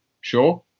sure